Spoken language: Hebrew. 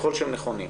ככל שהם נכונים.